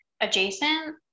adjacent